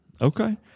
Okay